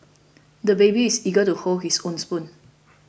the baby is eager to hold his own spoon